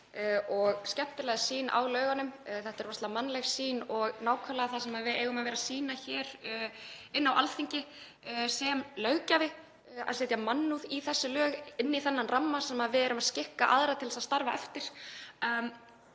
og skemmtilega sýn á lögin. Þetta er rosalega mannleg sýn og nákvæmlega það sem við eigum að sýna hér á Alþingi sem löggjafi, að setja mannúð í þessi lög, inn í þennan ramma sem við erum að skikka aðra til að starfa eftir.